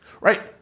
right